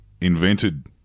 invented